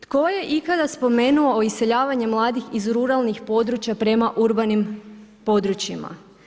Tko je ikada spomenuo iseljavanje mladih iz ruralnih područja prema urbanim područjima?